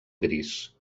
gris